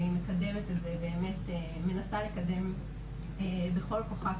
והיא מקדמת את זה ובאמת מנסה לקדם בכל כוחה,